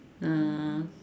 ah